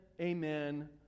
amen